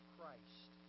Christ